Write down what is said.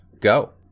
go